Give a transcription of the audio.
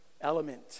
element